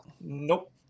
Nope